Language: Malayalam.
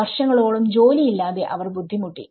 വര്ഷങ്ങളോളം ജോലി ഇല്ലാതെ അവർ ബുദ്ധിമുട്ടി